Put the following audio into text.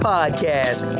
Podcast